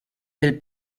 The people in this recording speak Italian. del